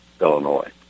Illinois